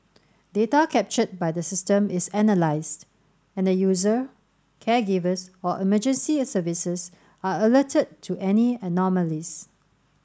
data captured by the system is analysed and the user caregivers or emergency services are alerted to any anomalies